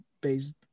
based